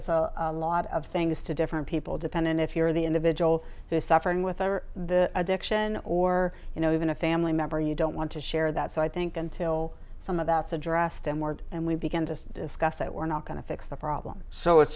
it's a lot of things to different people depending if you're the individual who is suffering with the addiction or you know even a family member you don't want to share that so i think until some of that's addressed and more and we begin to discuss that we're not going to fix the problem so it's